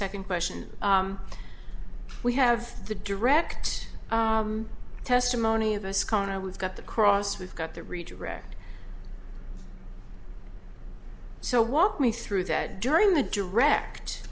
second question we have the direct testimony of a scanner we've got the cross we've got the retract so walk me through that during the direct